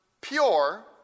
pure